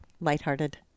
lighthearted